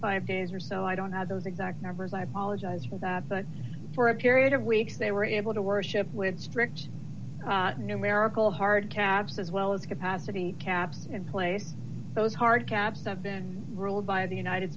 five days or so i don't have those exact numbers i apologize for that but for a period of weeks they were able to worship with strict numerical hard caps as well as capacity caps and place those hard caps have been ruled by the united